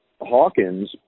Hawkins